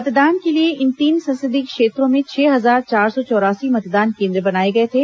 मतदान के लिए इन तीन संसदीय क्षेत्रों में छह हजार चार सौ चौरासी मतदान केन्द्र बनाए गए थे